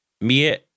mia